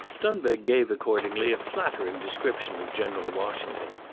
dunbeg gave accordingly a flattering description of general washington,